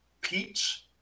peach